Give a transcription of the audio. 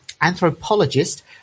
anthropologist